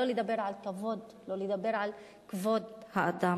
שלא לדבר על כבוד ושלא לדבר על כבוד האדם.